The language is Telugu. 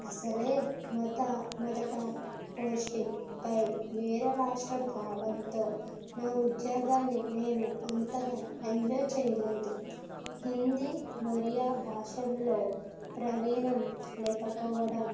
అసలు మొట్ట మొదట పోస్టింగ్ కై వేరే రాష్ట్రం కావడంతో నా ఉద్యోగాన్ని నేను అంతగా ఎంజాయ్ చేయలేదు హిందీ ఒరియా భాషలలో ప్రావీణ్యం లేకపోవడం